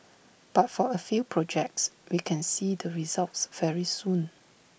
but for A few projects we can see the results very soon